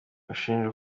ushinjwa